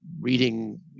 reading